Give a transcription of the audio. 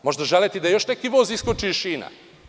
Možda želite da još neki voz iskoči iz šina.